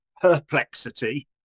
perplexity